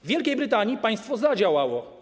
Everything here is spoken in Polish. W Wielkiej Brytanii państwo zadziałało.